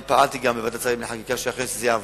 פעלתי גם בוועדת השרים לחקיקה כדי שהחוק הזה יעבור.